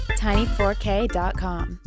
tiny4k.com